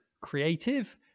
creative